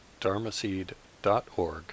dharmaseed.org